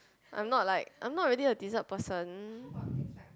I'm not like I'm not really a dessert person